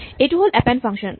এইটো হ'ল append function